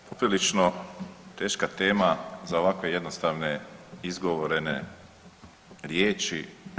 Poprilično teška tema za ovako jednostavne izgovorene riječi.